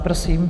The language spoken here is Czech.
Prosím.